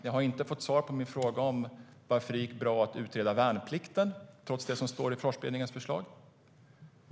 Jag har inte fått svar på min fråga om varför det gick bra att utreda värnplikten trots det som står i Försvarsberedningens förslag.